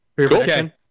Okay